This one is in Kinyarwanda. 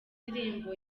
indirimbo